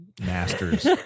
masters